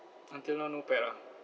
until now no pet ah